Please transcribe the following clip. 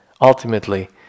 Ultimately